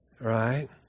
Right